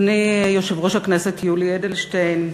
אדוני יושב-ראש הכנסת יולי אדלשטיין,